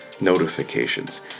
notifications